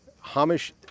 Hamish